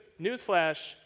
Newsflash